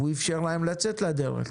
הוא אפשר להם לצאת לדרך.